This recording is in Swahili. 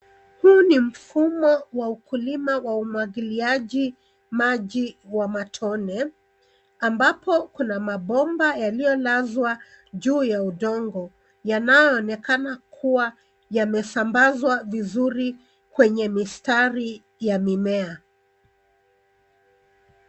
Huu ni mfumo wa ukulima wa umwagiliaji maji wa matone ambapo kuna mabomba yaliyo lazwa juu ya udongo yanaonekana kuwa yamesambazwa vizuri kwenye mistari ya mimea.